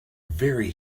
very